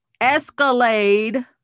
Escalade